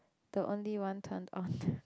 the only one turned on